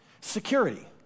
security